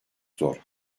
zor